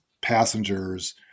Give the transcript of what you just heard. passengers